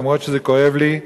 אף שזה כואב לי,